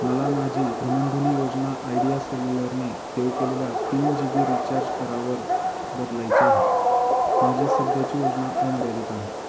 मला माझी भ्रमणध्वनी योजना आयडिया सेलुलरने देऊ केलेल्या तीन जी बी रिचार्ज करावर बदलायचे आहे माझी सध्याची योजना अमर्यादित आहे